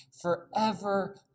forever